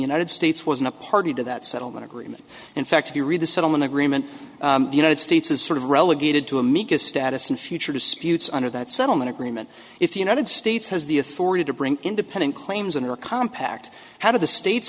united states was not party to that settlement agreement in fact if you read the settlement agreement the united states is sort of relegated to amicus status in future disputes under that settlement agreement if the united states has the authority to bring independent claims in a compact how do the states